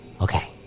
Okay